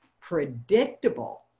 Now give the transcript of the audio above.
predictable